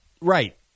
Right